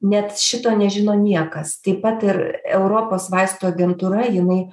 net šito nežino niekas taip pat ir europos vaistų agentūra jinai